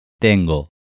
TENGO